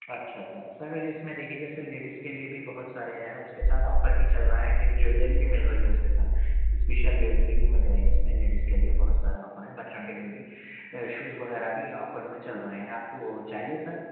اچھا اچھا سر اس میں دیکھیے ذرا سا لیڈیز کے لیے بھی بہت سارے ہیں اس کے ساتھ آفر بھی چل رہا ہے جویلری بھی مل رہی ہے اس کے ساتھ اسپیشل جویلری بھی مل رہی ہے اس میں لیڈیز کے لیے بہت سارا آفر ہے بچوں کے لیے بھی شوز وغیرہ بھی آفر میں چل رہے ہیں آپ کو چاہیے سر